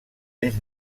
anys